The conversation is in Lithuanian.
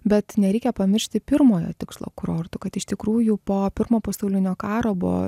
bet nereikia pamiršti pirmojo tikslo kurortų kad iš tikrųjų po pirmo pasaulinio karo buvo